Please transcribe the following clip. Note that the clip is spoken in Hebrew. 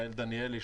יעל דניאלי,